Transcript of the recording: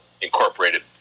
incorporated